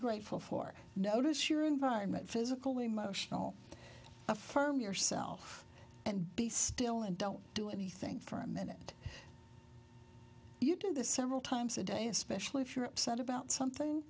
grateful for notice your environment physical emotional affirm yourself and be still and don't do anything for a minute you do this several times a day especially if you're upset about something